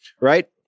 Right